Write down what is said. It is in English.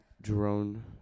drone